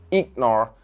ignore